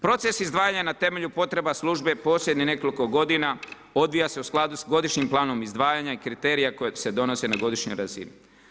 Proces izdvajanja na temelju potreba službe posljednjih nekoliko godina odvija se u skladu s godišnjim planom izdvajanja i kriterija koji se donosi na godišnjoj razini.